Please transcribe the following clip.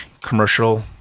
commercial